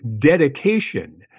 dedication